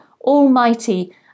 almighty